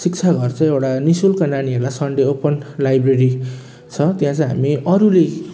शिक्षा घर चाहिँ एउटा नि शुल्क नानीहरूलाई सन्डे ओपन लाइब्रेरी छ त्यहाँ चाहिँ हामी अरूले